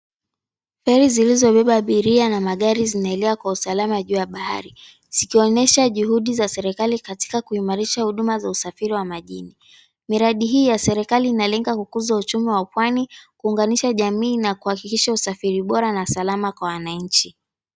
Feri zilizobeba abiria na magari zinaelea kwa usalama juu ya bahari zikionyesha juhudi za serikali katika kuimarisha huduma za usafiri wa majini. Miradi hii ya serikali inalenga kukuza uchumi wa pwani, kuunganisha jamii na kuhakikisha usafiri bora na salama kwa wananchi.